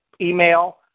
email